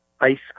ice